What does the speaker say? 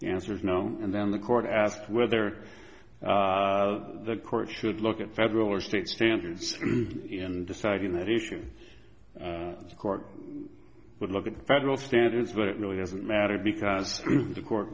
answers no and then the court asks whether the court should look at federal or state standards in deciding that issue a court would look at federal standards but it really doesn't matter because the court